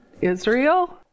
Israel